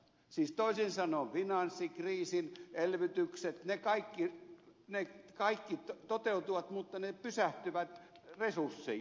siis toisin sanoen finanssikriisin elvytykset kaikki toteutuvat mutta ne pysähtyvät resursseihin